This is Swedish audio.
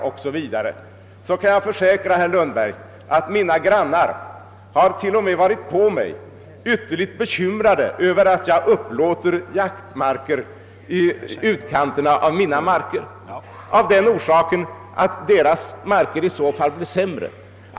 Jag kan försäkra herr Lundberg att mina grannar har varit ytterligt bekymrade över att jag upplåter jaktmark i utkanten av mina marker, eftersom grannarnas marker därigenom blir sämre.